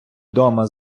дома